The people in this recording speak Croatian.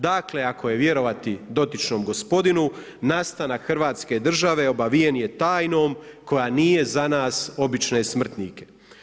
Dakle ako je vjerovati dotičnom gospodinu nastanak Hrvatske države obavijen je tajnom koja nije za nas obične smrtnike.